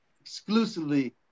exclusively